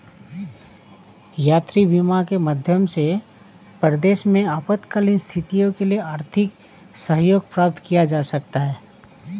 यात्री बीमा के माध्यम से परदेस में आपातकालीन स्थितियों के लिए आर्थिक सहयोग प्राप्त किया जा सकता है